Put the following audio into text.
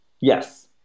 Yes